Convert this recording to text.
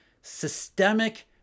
systemic